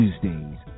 Tuesdays